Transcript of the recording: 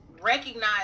recognize